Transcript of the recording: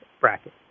bracket